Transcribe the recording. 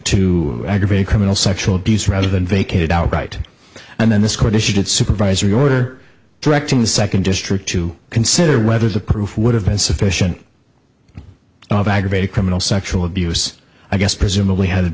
to aggravate criminal sexual abuse rather than vacated outright and then this court issued supervisory order directing the second district to consider whether the proof would have been sufficient of aggravated criminal sexual abuse i guess presumably had